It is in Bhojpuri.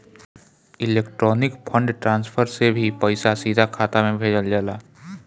इलेक्ट्रॉनिक फंड ट्रांसफर से भी पईसा सीधा खाता में भेजल जाला